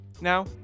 Now